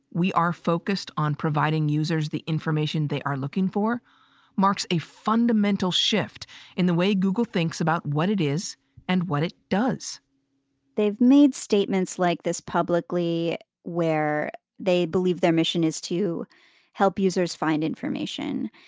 we are focused on providing users the information they are looking for marks a fundamental shift in the way google thinks about what it is and what it does they've made statements like this publicly where they believe their mission is to help users find information,